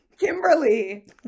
Kimberly